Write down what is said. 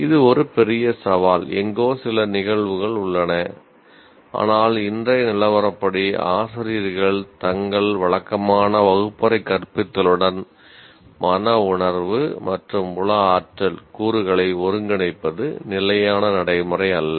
இது ஒரு பெரிய சவால் எங்கோ சில நிகழ்வுகள் உள்ளன ஆனால் இன்றைய நிலவரப்படி ஆசிரியர்கள் தங்கள் வழக்கமான வகுப்பறை கற்பித்தலுடன் மனவுணர்வு மற்றும் உள ஆற்றல் கூறுகளை ஒருங்கிணைப்பது நிலையான நடைமுறை அல்ல